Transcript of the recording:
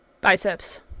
Biceps